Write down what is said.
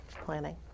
planning